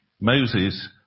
Moses